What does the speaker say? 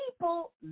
people